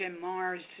Mars